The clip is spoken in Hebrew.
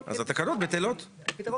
אז אני קודם